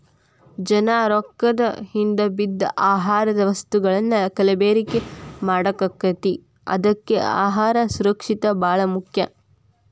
ಜನಾ ರೊಕ್ಕದ ಹಿಂದ ಬಿದ್ದ ಆಹಾರದ ವಸ್ತುಗಳನ್ನಾ ಕಲಬೆರಕೆ ಮಾಡಾಕತೈತಿ ಅದ್ಕೆ ಅಹಾರ ಸುರಕ್ಷಿತ ಬಾಳ ಮುಖ್ಯ